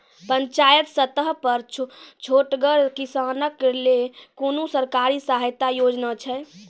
पंचायत स्तर पर छोटगर किसानक लेल कुनू सरकारी सहायता योजना छै?